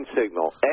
signal